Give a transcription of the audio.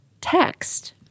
text